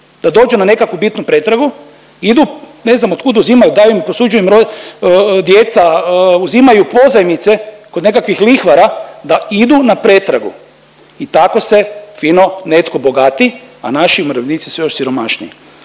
da dođu na nekakvu bitnu pretragu idu, ne znam od kud uzimaju, daju im posuđuju im djeca, uzimaju pozajmice kod nekakvih lihvara da idu na pretragu i tako se fino netko bogati, a naši umirovljenici su osiromašeni.